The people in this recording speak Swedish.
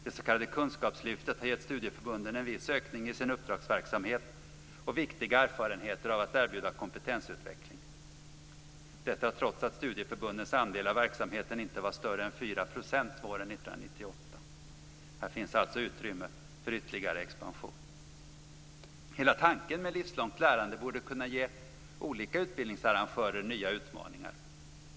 Det s.k. kunskapslyftet har gett studieförbunden en viss ökning i sin uppdragsverksamhet och viktiga erfarenheter av att erbjuda kompetensutveckling. Detta trots att studieförbundens andel av verksamheten inte var större än 4 % våren 1998. Här finns alltså utrymme för ytterligare expansion. Hela tanken med livslångt lärande borde kunna ge olika utbildningsarrangörer nya utmaningar.